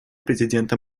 президента